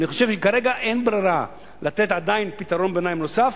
אני חושב שכרגע אין ברירה אלא לתת עדיין פתרון ביניים נוסף.